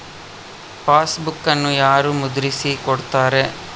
ಪಾಸ್ಬುಕನ್ನು ಯಾರು ಮುದ್ರಿಸಿ ಕೊಡುತ್ತಾರೆ?